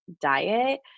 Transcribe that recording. diet